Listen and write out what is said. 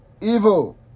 evil